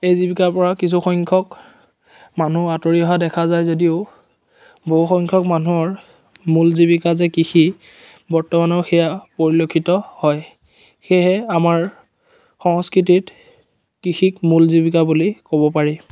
এই জীৱিকাৰপৰা কিছু সংখ্যক মানুহ আঁতৰি অহা দেখা যায় যদিও বহুসংখ্যক মানুহৰ মূল জীৱিকা যে কৃষি বৰ্তমানো সেয়া পৰিলক্ষিত হয় সেয়েহে আমাৰ সংস্কৃতিত কৃষিক মূল জীৱিকা বুলি ক'ব পাৰি